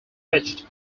pitched